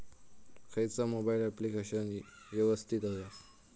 खयचा mobile application यवस्तित होया?